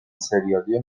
ســریالی